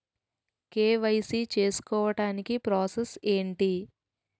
KYC చేసుకోవటానికి process ఏంటి?